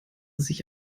sich